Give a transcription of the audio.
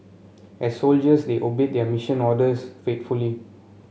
as soldiers they obeyed their mission orders faithfully